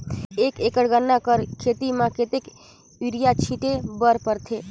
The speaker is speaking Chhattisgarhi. एक एकड़ गन्ना कर खेती म कतेक युरिया छिंटे बर पड़थे?